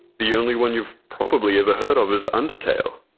the only one you've probably ever heard of is undertale,